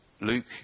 Luke